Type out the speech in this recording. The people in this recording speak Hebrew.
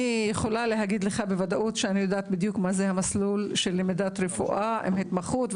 אני יודעת בדיוק מה זה המסלול של למידת רפואה עם התמחות,